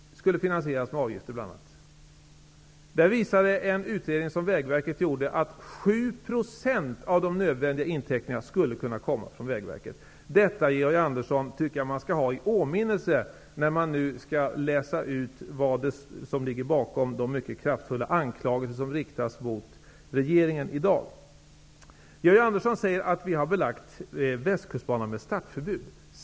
finansieras med avgifter. Där visade en utredning som Vägverket gjorde att 7 % av de nödvändiga inteckningarna skulle kunna komma från Vägverket. Jag tycker att man skall ha detta i åtanke, Georg Andersson, när man nu skall läsa ut vad som ligger bakom de mycket kraftfulla anklagelser som riktas mot regeringen i dag. Georg Andersson säger att vi har belagt västkustbanan med startförbud.